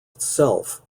itself